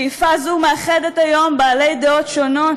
שאיפה זו מאחדת היום בעלי דעות שונות,